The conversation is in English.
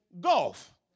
golf